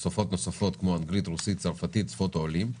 כמו אנגלית, רוסית, צרפתית, שפות העולים?